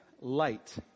light